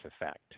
effect